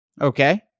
Okay